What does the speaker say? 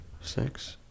six